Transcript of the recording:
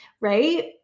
Right